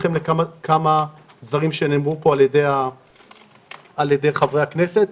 ברשותכם לכמה דברים שנאמרו פה על ידי חברי הכנסת.